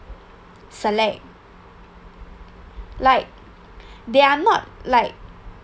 select like they're not like